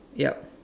yup